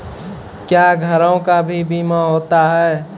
क्या घरों का भी बीमा होता हैं?